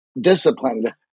disciplined